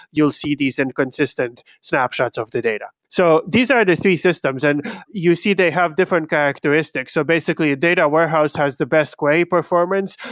you'll see this inconsistent snapshots of the data. so these are the three systems. and you see they have different characteristics. so basically, a data warehouse has the best query performance,